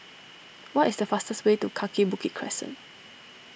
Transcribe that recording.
what is the fastest way to Kaki Bukit Crescent